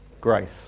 Grace